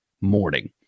morning